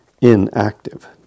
inactive